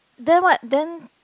then what then